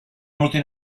molti